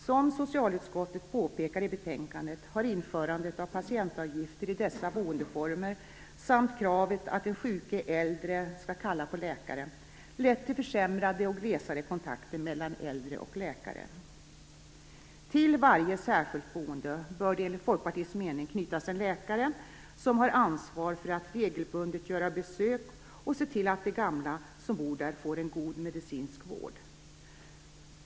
Som socialutskottet påpekar i betänkandet har införandet av patientavgifter i dessa boendeformer samt kravet att den sjuke äldre skall kalla på läkare lett till försämrade och glesare kontakter mellan de äldre och läkarna. Till varje särskilt boende bör det, enligt Folkpartiets mening, knytas en läkare som har ansvar för att regelbundet göra besök och se till att de gamla som bor där får en god medicinsk vård.